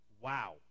Wow